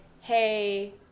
hey